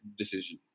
decision